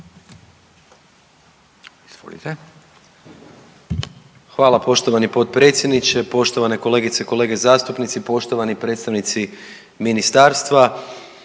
Hvala poštovani potpredsjedniče, poštovane kolegice i kolege zastupnici, poštovani predstavnici Ministarstva